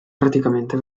praticamente